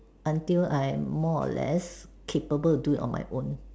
until I'm more or less capable to do it on my own